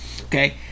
okay